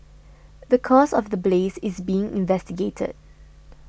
the cause of the blaze is being investigated